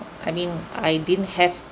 I mean I didn't have